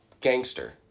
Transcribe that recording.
gangster